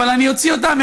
אבל אם אני אוציא אותם,